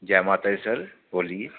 जै माता दी सर बोलिए